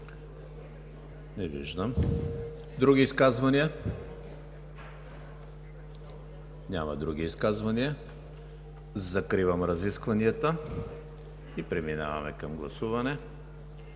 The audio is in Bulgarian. Не виждам. Други изказвания? Няма. Закривам разискванията и преминаваме към гласуване.